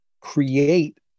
create